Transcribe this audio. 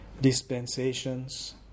dispensations